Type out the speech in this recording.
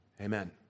Amen